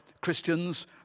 Christians